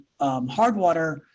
Hardwater